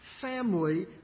family